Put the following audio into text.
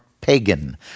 pagan